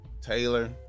Taylor